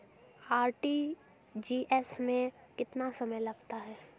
RTGS में कितना समय लगता है?